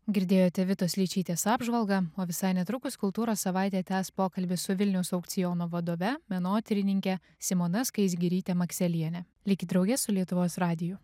girdėjote vitos ličytės apžvalgą o visai netrukus kultūros savaitė tęs pokalbį su vilniaus aukciono vadove menotyrininke simona skaisgiryte makseliene likit drauge su lietuvos radiju